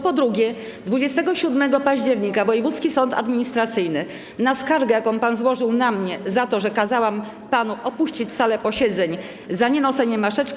Po drugie, 27 października wojewódzki sąd administracyjny na skargę, jaką pan złożył na mnie za to, że kazałam panu opuścić salę posiedzeń za nienoszenie maseczki.